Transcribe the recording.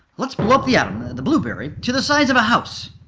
let's blow up the atom the blueberry to the size of a house.